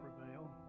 prevail